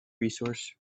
resource